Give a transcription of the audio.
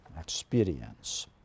experience